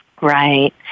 Right